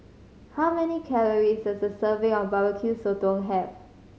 how many calories does a serving of Barbecue Sotong have